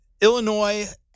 Illinois